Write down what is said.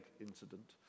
incident